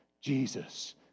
Jesus